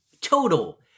total